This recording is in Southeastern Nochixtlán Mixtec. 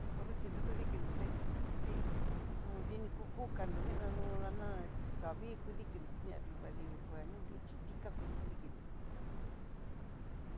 Konrixhidó dukudikindó té, diku dini kukukando ndinanó ndana kavii kudikinró, na yu'u vadú xhitika kú dikinró.